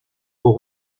aux